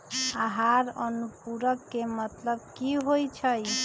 आहार अनुपूरक के मतलब की होइ छई?